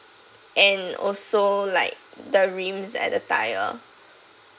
and also like the rims at the tyre